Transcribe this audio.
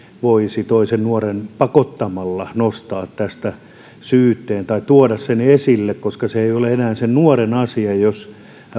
voisi toisen nuoren nostaa siitä syytteeseen tai tuoda sen esille koska silloin se ei olisi enää sen nuoren asia jos